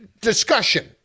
discussion